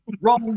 Wrong